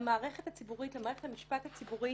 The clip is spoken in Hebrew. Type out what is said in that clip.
למערכת הציבורית, למערכת המשפט הציבורי.